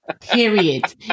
Period